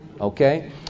okay